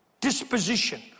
disposition